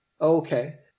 Okay